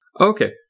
Okay